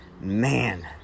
Man